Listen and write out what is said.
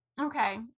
Okay